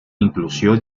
inclusió